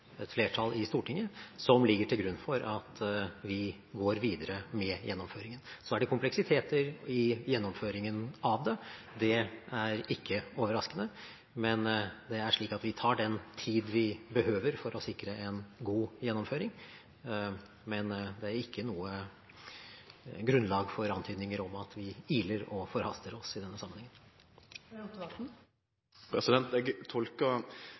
Stortinget som ligger til grunn for at vi går videre med gjennomføringen. Så er det kompleksiteter i gjennomføringen av det. Det er ikke overraskende. Vi tar den tid vi behøver, for å sikre en god gjennomføring, men det er ikke noe grunnlag for antydninger om at vi iler og forhaster oss i denne sammenhengen.